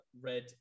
red